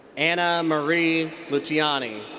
anna marie luciani.